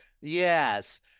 Yes